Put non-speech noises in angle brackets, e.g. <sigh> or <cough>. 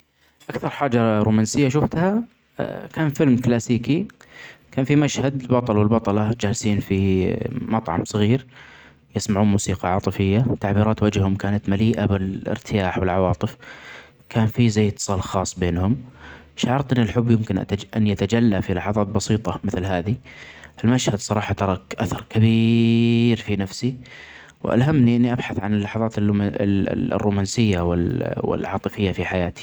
أكثر حاجة رومانسية شفتها كان فيلم كلاسيكي كان في مشهد للبطل والبطلة جالسين في مطعم صغير يسمعون موسيقي عاطفية وتعبيرات وجههم كانت مليئة بالارتياح والعواطف كان في <unintelligible> خاص بينهم شعرت أن الحب يمكن أن يت-أن يتجلي في لحظات بسيطة مثل هادي المشهد الصراحه ترك أثر كبيييييير في نفسي وألهمني إني أبحث عن اللحظات الر-الرومانسيه وال-العاطفيه في حياتي.